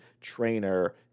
trainer